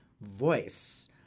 voice